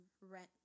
rent